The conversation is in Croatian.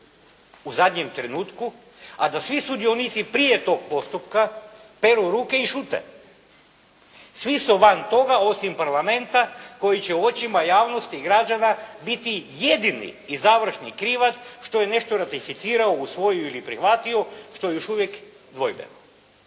u zadnjem trenutku, a da svi sudionici prije tog postupka peru ruke i šute. Svi su van toga, osim Parlamenta koji će u očima javnosti i građana biti jedini i završni krivac što je nešto ratificirao, usvojio ili prihvatio što je još uvijek dvojbeno.